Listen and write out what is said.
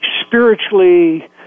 spiritually